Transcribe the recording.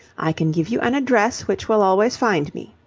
i can give you an address which will always find me.